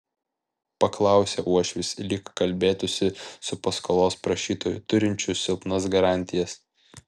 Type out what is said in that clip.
paklausė uošvis lyg kalbėtųsi su paskolos prašytoju turinčiu silpnas garantijas